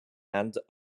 and